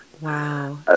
wow